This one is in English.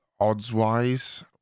odds-wise